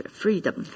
freedom